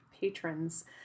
patrons